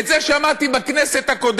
את זה שמעתי בכנסת הקודמת.